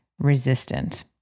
resistant